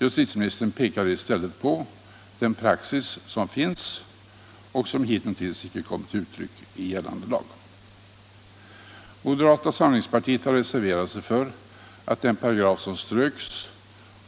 Justitieministern pekade i stället på den praxis som finns och som hittills inte har kommit till uttryck i gällande lag. Moderata samlingspartiet har reserverat sig för att den paragraf som ströks